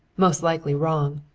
most likely wrong.